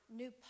new